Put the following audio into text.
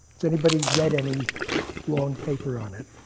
has anybody read any long paper on it?